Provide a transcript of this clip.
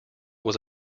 was